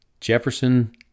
Jefferson